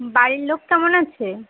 বাড়ির লোক কেমন আছে